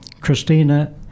Christina